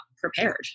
prepared